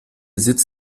sitz